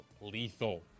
lethal